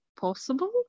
possible